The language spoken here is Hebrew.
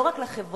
לא רק לחברה,